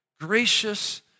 gracious